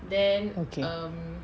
okay